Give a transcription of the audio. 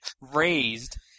raised